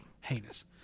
Heinous